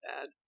bad